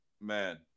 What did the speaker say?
Man